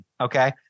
Okay